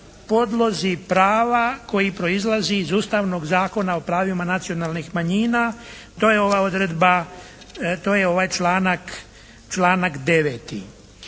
podlozi prava koji proizlazi iz Ustavnog zakona o pravima nacionalnih manjina. To je ova odredba,